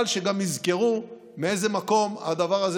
אבל שיזכרו גם מאיזה מקום הדבר הזה,